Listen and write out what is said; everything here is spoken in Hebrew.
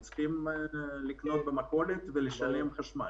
הם צריכים לקנות במכולת ולשלם חשמל.